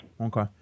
Okay